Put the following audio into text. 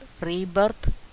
rebirth